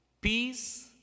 peace